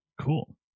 Cool